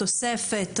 תוספת,